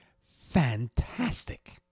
fantastic